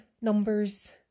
numbers